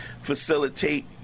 facilitate